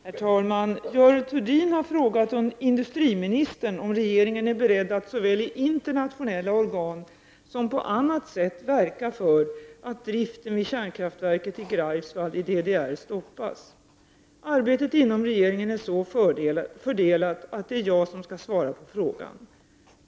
Herr talman! Görel Thurdin har frågat industriministern om regeringen är beredd att såväl i internationella organ som på annat sätt verka för att driften vid kärnkraftverket i Greifswald i DDR stoppas. Arbetet inom regeringen är så fördelat att det är jag som skall svara på frågan.